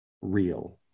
real